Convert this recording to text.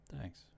Thanks